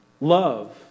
love